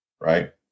Right